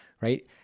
right